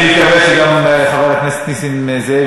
אני מקווה שגם חבר הכנסת נסים זאב